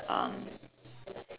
um